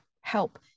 help